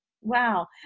Wow